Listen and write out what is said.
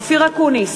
נגד אופיר אקוניס,